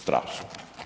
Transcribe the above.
Strašno.